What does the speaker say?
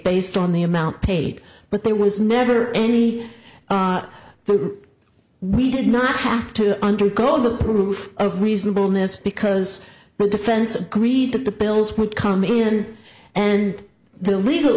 based on the amount paid but there was never any but we did not have to undergo the proof of reasonableness because the defense agreed that the bills would come in and the legal